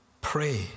pray